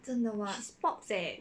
she's pops eh